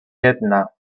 jedna